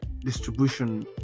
distribution